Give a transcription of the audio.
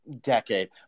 decade